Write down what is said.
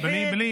בלי,